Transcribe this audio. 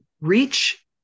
reach